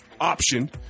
option